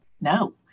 no